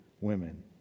women